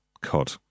COD